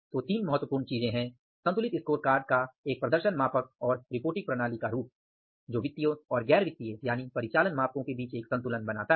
तो तीन महत्वपूर्ण चीजें हैं संतुलित स्कोरकार्ड एक प्रदर्शन मापक और रिपोर्टिंग प्रणाली है जो वित्तीय और गैर वित्तीय यानि परिचालन मापको के बीच एक संतुलन बनाता है